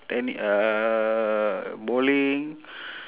tenni~ uh bowling